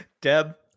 Deb